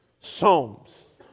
Psalms